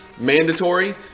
mandatory